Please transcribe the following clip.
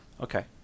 Okay